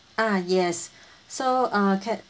ah yes so uh cat~